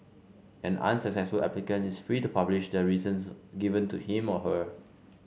an unsuccessful applicant is free to publish the reasons given to him or her